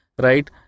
right